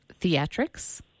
theatrics